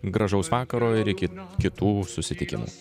gražaus vakaro ir iki kitų susitikimų